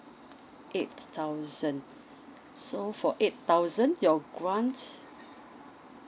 eight thousand so for eight thousand your grant